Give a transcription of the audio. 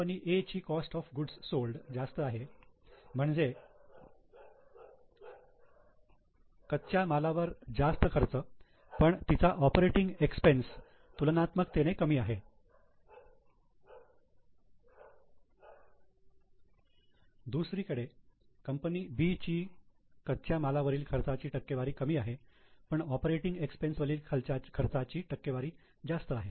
company A ची cost of goods sold जास्त आहे म्हणजे कच्च्या मालावर जास्त खर्च पण तिचा ऑपरेटिंग एक्सपेंस तुलनात्मकतेने कमी आहे दुसरीकडे कंपनी B ची कच्च्या माला वरील खर्चाची टक्केवारी कमी आहे पण ऑपरेटिंग एक्सपेंस वरील खर्चाची टक्केवारी जास्त आहे